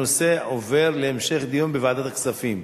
הנושא עובר להמשך דיון בוועדת הכספים.